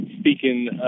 speaking